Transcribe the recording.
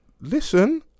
Listen